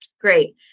Great